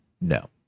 No